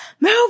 move